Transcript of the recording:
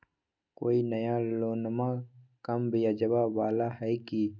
कोइ नया लोनमा कम ब्याजवा वाला हय की?